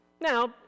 Now